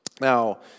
Now